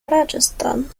rajasthan